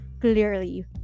clearly